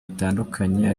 bitandukanye